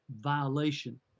violation